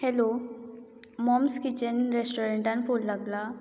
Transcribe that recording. hello moms kitchen रेस्टॉरंतान phone लागला